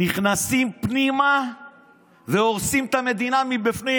נכנסים פנימה והורסים את המדינה מבפנים.